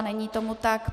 Není tomu tak.